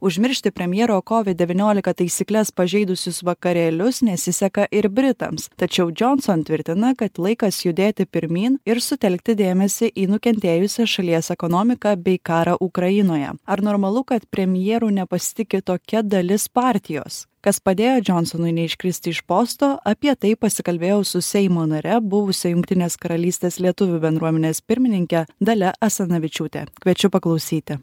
užmiršti premjero kovid devyniolika taisykles pažeidusius vakarėlius nesiseka ir britams tačiau džonson tvirtina kad laikas judėti pirmyn ir sutelkti dėmesį į nukentėjusią šalies ekonomiką bei karą ukrainoje ar normalu kad premjeru nepasitiki tokia dalis partijos kas padėjo džonsonui neiškristi iš posto apie tai pasikalbėjau su seimo nare buvusia jungtinės karalystės lietuvių bendruomenės pirmininke dalia asanavičiūtė kviečiu paklausyti